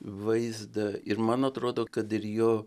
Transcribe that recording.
vaizdą ir man atrodo kad ir jo